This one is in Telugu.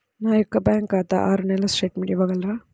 నా యొక్క బ్యాంకు ఖాతా ఆరు నెలల స్టేట్మెంట్ ఇవ్వగలరా?